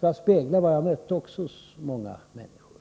här speglar vad jag också mötte hos många människor.